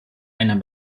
einer